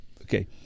Okay